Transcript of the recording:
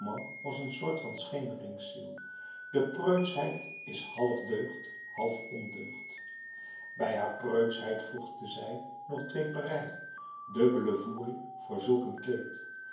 was een soort van schemeringsziel de preutschheid is half deugd half ondeugd bij haar preutschheid voegde zij nog dweperij dubbele voering voor zulk een kleed